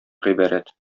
гыйбарәт